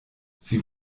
sie